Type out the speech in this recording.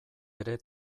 ere